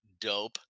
dope